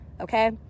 Okay